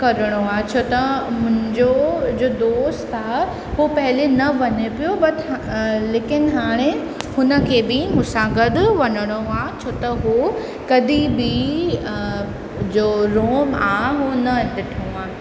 करिणो आहे छो त मुंहिंजो जो दोस्त आहे हू पहले न वञे पियो बट लेकिन हाणे हुन खे बि मूं सां गॾु वञिणो आहे छो त हू कॾहिं बि जो रोम आहे हू न ॾिठो आहे